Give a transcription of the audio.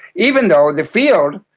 even though the field,